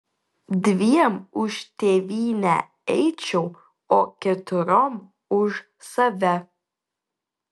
dviem už tėvynę eičiau o keturiom už save